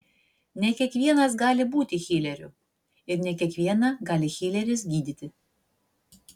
ne kiekvienas gali būti hileriu ir ne kiekvieną gali hileris gydyti